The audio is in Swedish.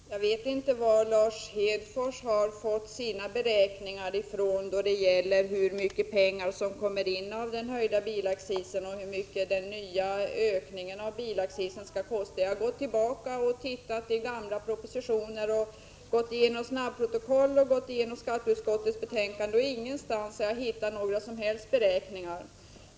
Herr talman! Jag vet inte varifrån Lars Hedfors har fått sina beräkningar när det gäller hur mycket pengar som kommer in genom den höjda bilaccisen och hur mycket den nya sänkningen skall kosta. Jag har gått tillbaka till gamla propositioner, snabbprotokoll och betänkanden från skatteutskottet, och ingenstans har jag hittat några som helst beräkningar.